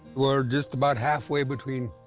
we're just about halfway between